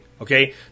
okay